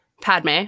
Padme